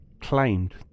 claimed